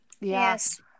Yes